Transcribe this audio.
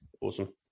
Awesome